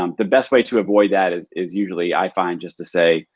um the best way to avoid that is is usually i find just to say,